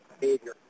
behavior